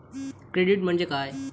Credit म्हणजे काय?